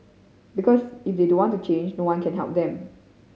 because if they don't want to change no one can help them